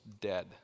dead